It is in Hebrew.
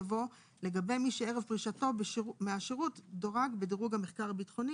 יבוא "לגבי מי שערב פרישתו מהשירות דורג בדירוג המחקר הביטחוני".